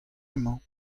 emañ